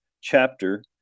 chapter